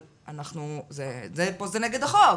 פה זה נגד החוק,